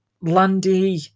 Landy